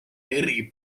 eri